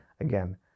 again